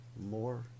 more